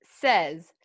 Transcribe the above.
says